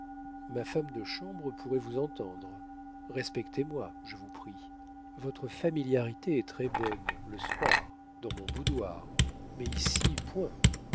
ma femme de chambre pourrait vous entendre respectez moi je vous prie votre familiarité est très-bonne le soir dans mon boudoir mais ici point